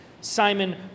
Simon